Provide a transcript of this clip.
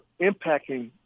impacting